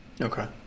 okay